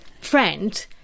friend